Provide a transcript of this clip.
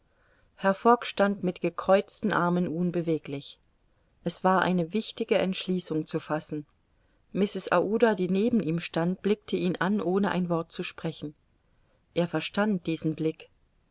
fogg stand mit gekreuzten armen unbeweglich es war eine wichtige entschließung zu fassen mrs aouda die neben ihm stand blickte ihn an ohne ein wort zu sprechen er verstand diesen blick